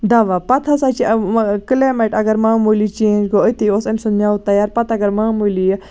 دوا پَتہٕ ہسا چھِ کٔلیمیٹ اَگر معموٗلی چینج گوٚو أتی اوس أمۍ سُند میوٕ تَیار پَتہٕ اَگر معموٗلی یہِ